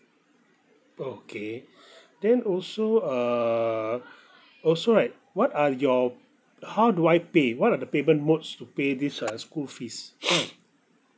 okay then also err also right what are your how do I pay what are the payment modes to pay these uh school fees